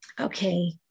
Okay